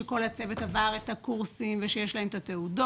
שכל הצוות עבר את הקורסים ושיש להם את התעודות,